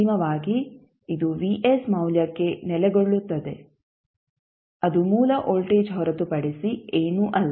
ಅಂತಿಮವಾಗಿ ಇದು ಮೌಲ್ಯಕ್ಕೆ ನೆಲೆಗೊಳ್ಳುತ್ತದೆ ಅದು ಮೂಲ ವೋಲ್ಟೇಜ್ ಹೊರತುಪಡಿಸಿ ಏನೂ ಅಲ್ಲ